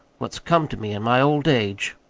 what's come to me in my old age.